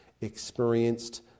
experienced